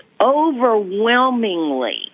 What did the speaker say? overwhelmingly